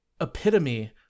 epitome